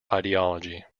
ideology